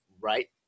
right